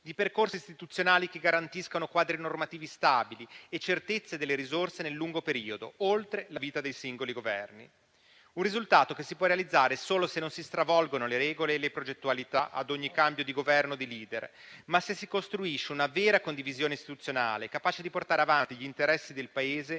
di percorsi istituzionali che garantiscano quadri normativi stabili e certezze delle risorse nel lungo periodo, oltre la vita dei singoli Governi. È un risultato questo che si può realizzare solo se non si stravolgono le regole e le progettualità ad ogni cambio di Governo e di *leader*, e se si costruisce una vera condivisione istituzionale, capace di portare avanti gli interessi del Paese,